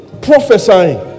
prophesying